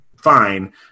fine